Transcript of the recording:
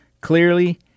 Clearly